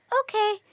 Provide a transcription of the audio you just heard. Okay